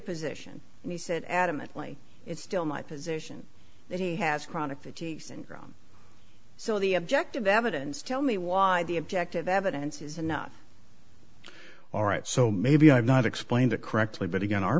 position and he said adamantly it's still my position that he has chronic fatigue syndrome so the objective evidence tell me why the objective evidence is enough all right so maybe i have not explained it correctly but again our